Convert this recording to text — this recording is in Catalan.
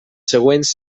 següents